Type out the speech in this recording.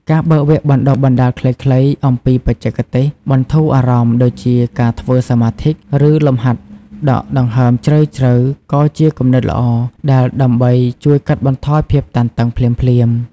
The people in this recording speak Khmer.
ការបើកវគ្គបណ្ដុះបណ្ដាលខ្លីៗអំពីបច្ចេកទេសបន្ធូរអារម្មណ៍ដូចជាការធ្វើសមាធិ ឬលំហាត់ដកដង្ហើមជ្រៅៗក៏ជាគំនិតល្អដែរដើម្បីជួយកាត់បន្ថយភាពតានតឹងភ្លាមៗ។